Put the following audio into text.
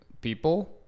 people